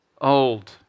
old